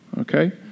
okay